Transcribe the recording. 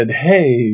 hey